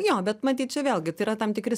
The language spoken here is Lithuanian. jo bet matyt čia vėlgi tai yra tam tikri